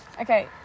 Okay